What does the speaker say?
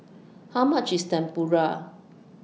How much IS Tempura